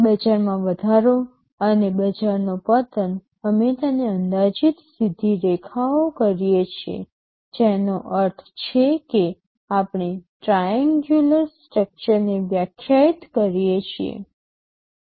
બજારમાં વધારો અને બજારનો પતન અમે તેને અંદાજીત સીધી રેખાઓ કરીએ છીએ જેનો અર્થ છે કે આપણે ટ્રાએંગ્યુલર સ્ટ્રક્ચરને વ્યાખ્યાયિત કરીએ છીએ